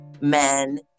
men